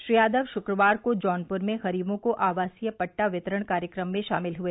श्री यादव शुक्रवार को जौनपुर में गरीबों को आवासीय पट्टा वितरण कार्यक्रम में शामिल हुए